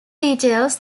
details